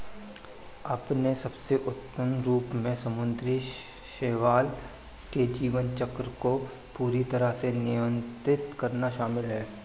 अपने सबसे उन्नत रूप में समुद्री शैवाल के जीवन चक्र को पूरी तरह से नियंत्रित करना शामिल है